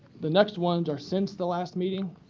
the next ones are since the last meeting.